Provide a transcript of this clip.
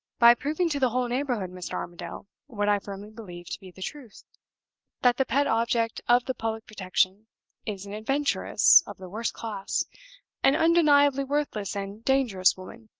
by proving to the whole neighborhood, mr. armadale, what i firmly believe to be the truth that the pet object of the public protection is an adventuress of the worst class an undeniably worthless and dangerous woman.